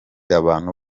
abantu